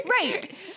right